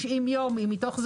מסוימות בתוספת.